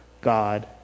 God